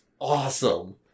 awesome